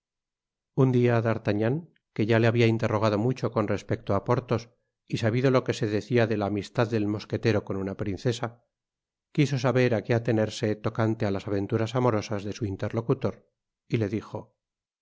un dia d'artagnan que ya le habia interrogado mucho con respeto á porthos y sabido lo que se decía de la amistad del mosquetero con una princesa quiso saber á qué atenerse tocante á las aventuras amorosas de su interlocutor y le dijo